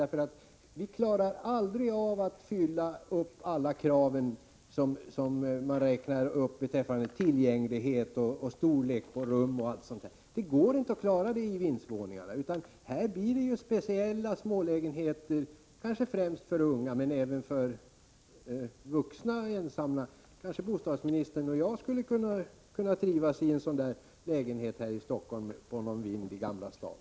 Vi kommer nämligen aldrig att kunna uppfylla alla de krav som räknas upp beträffande tillgänglighet, storlek på rummen osv. Det går inte när det gäller vindsvåningarna. De kommer i stället att innehålla speciella smålägenheter, kanske främst för unga men även för vuxna ensamma. Kanske bostadsministern och jag skulle kunna trivas i en sådan lägenhet här i Stockholm på någon vind i Gamla stan.